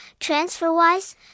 TransferWise